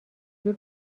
دور